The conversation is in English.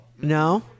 No